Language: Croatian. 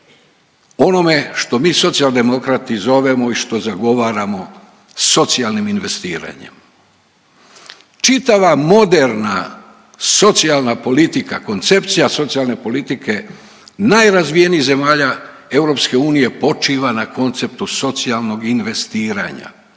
onome što mi Socijaldemokrati zovemo i što zagovaramo socijalnim investiranjem. Čitava moderna socijalna politika, koncepcija socijalne politike najrazvijenijih zemalja EU počiva na konceptu socijalnog investiranja.